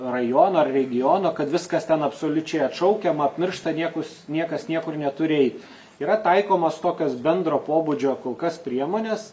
rajono ar regiono kad viskas ten absoliučiai atšaukiama apmiršta niekus niekas niekur neturi eit yra taikomos tokios bendro pobūdžio kol kas priemonės